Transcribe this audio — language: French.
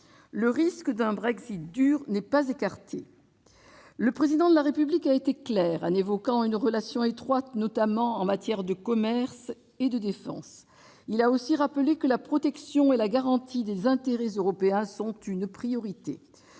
Le risque d'un Brexit dur n'est pas écarté. Le Président de la République a été clair, évoquant le maintien d'une relation étroite, notamment en matière de commerce et de défense. Il a aussi rappelé que la protection et la garantie des intérêts européens sont une priorité.